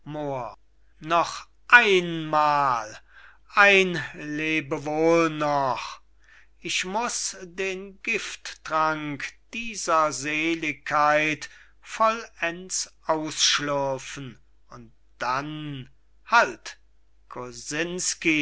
noch einmal ein lebewohl noch ich muß den gifttrank dieser seeligkeit vollends ausschlürfen und dann halt